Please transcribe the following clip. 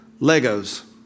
Legos